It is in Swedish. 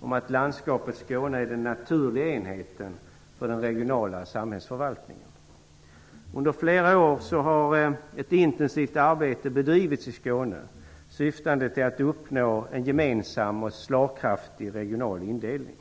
om att landskapet Skåne är den naturliga enheten för den regionala samhällsförvaltningen. Under flera år har ett intensivt arbete bedrivits i Skåne syftande till att uppnå en gemensam och slagkraftig regional indelning.